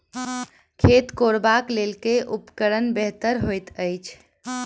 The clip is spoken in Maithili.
खेत कोरबाक लेल केँ उपकरण बेहतर होइत अछि?